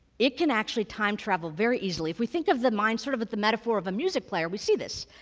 it can actually time travel very easily. if we think of the mind sort of as the metaphor of a music player, we see this.